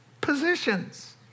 positions